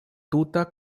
tuta